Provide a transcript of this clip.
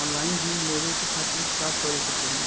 Online ऋण लेवे के खातिर का करे के पड़ी?